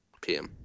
PM